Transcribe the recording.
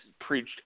preached